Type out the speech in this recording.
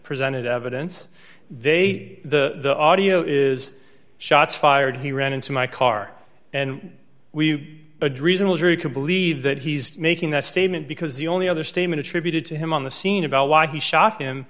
presented evidence they say the audio is shots fired he ran into my car and we adrenals or we can believe that he's making that statement because the only other statement attributed to him on the scene about why he shot him